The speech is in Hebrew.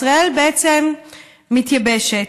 ישראל בעצם מתייבשת.